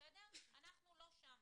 אנחנו לא שם.